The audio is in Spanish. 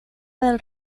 del